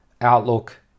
outlook